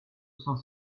cent